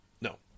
no